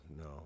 no